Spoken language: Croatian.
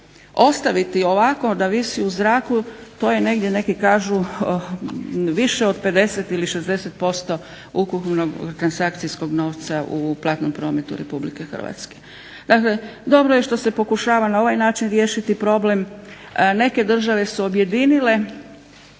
ostaviti ovako da visi u zraku, to je negdje neki kažu više od 50 ili 60% ukupnog transakcijskog novca u Platnom prometu RH. Dakle, dobro je što se pokušava na ovaj način riješiti problem. neke države su objedinile